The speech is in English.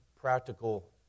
practical